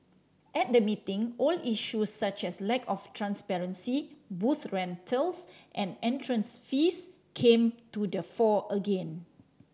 at the meeting old issues such as lack of transparency booth rentals and entrance fees came to the fore again